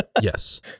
yes